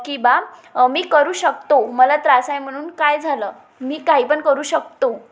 की बा मी करू शकतो मला त्रास आहे म्हणून काय झालं मी काहीपण करू शकतो